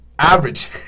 Average